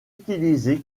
utilisé